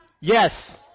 Yes